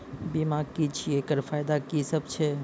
बीमा की छियै? एकरऽ फायदा की सब छै?